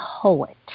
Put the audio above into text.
poet